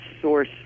source